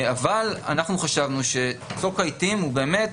אבל אנחנו חשבנו שצוק העיתים הוא באמת